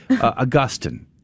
Augustine